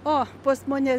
o pas mane